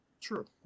True